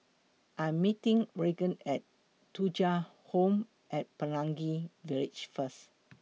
I Am meeting Reagan At Thuja Home At Pelangi Village First